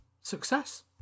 Success